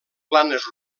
planes